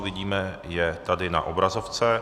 Vidíme je tady na obrazovce.